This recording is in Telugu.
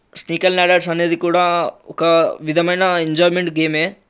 స్నేక్ అండ్ ల్యాడర్స్ అనేది కూడా ఒక విధమైన ఎంజాయ్మెంట్ గేమే